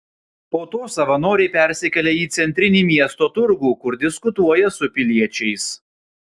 po to savanoriai persikelia į centrinį miesto turgų kur diskutuoja su piliečiais